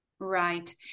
Right